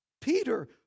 Peter